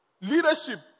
Leadership